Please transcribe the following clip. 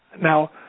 Now